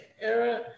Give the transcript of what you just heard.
Era